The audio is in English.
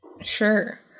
Sure